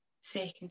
second